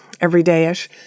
everyday-ish